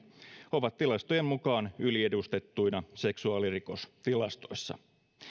ovat tilastojen mukaan yliedustettuina seksuaalirikostilastoissa